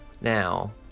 Now